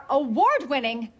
award-winning